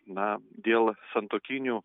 na dėl santuokinių